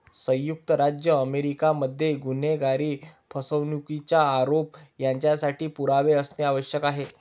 संयुक्त राज्य अमेरिका मध्ये गुन्हेगारी, फसवणुकीचा आरोप यांच्यासाठी पुरावा असणे आवश्यक आहे